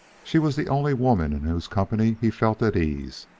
she was the only woman in whose company he felt at ease,